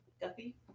Guppy